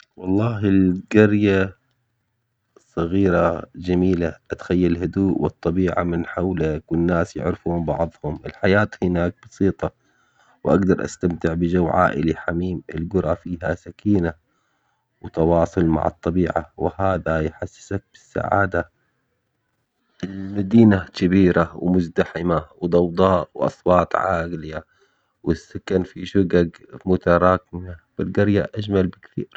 والله القرية صغيرة جميلة اتخيل هدوء والطبيعة من حولك والناس يعرفون بعضهم. الحياة هناك بسيطة واقدر استمتع بجو عائلي حميم. القرى فيها سكينة وتواصل مع الطبيعة وهذا يحسب السعادة المدينة تشبيرة ومزدحمة وضوضاء واصوات عالية. والسكن فيه شقق متراكمة. والقرية اجمل بكثير